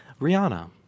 Rihanna